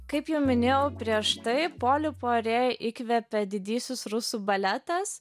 kaip jau minėjau prieš tai polį puarė įkvėpė didysis rusų baletas